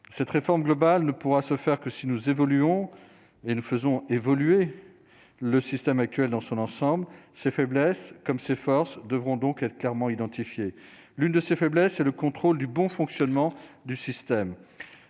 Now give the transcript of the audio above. cette réforme globale ne pourra se faire que si nous évoluons et nous faisons évoluer le système actuel dans son ensemble, ces faiblesses comme s'forces devront donc être clairement identifiés : l'une de ses faiblesses et le contrôle du bon fonctionnement du système